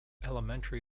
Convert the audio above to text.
elementary